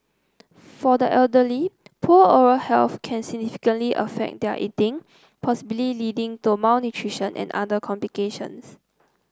for the elderly poor oral health can significantly affect their eating possibly leading to malnutrition and other complications